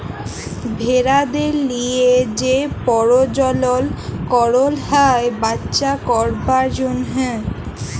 ভেড়াদের লিয়ে যে পরজলল করল হ্যয় বাচ্চা করবার জনহ